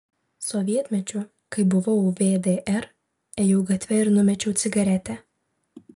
sovietmečiu kai buvau vdr ėjau gatve ir numečiau cigaretę